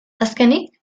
azkenik